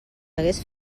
hagués